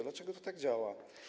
Dlaczego to tak działa?